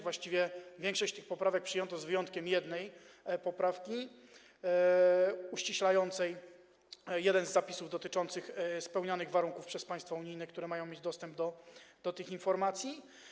Właściwie większość tych poprawek przyjęto, z wyjątkiem jednej poprawki uściślającej jeden z zapisów dotyczących spełnianych warunków przez państwa unijne, które mają mieć dostęp do tych informacji.